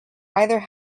either